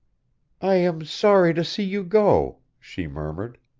i am sorry to see you go, she murmured,